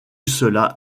cela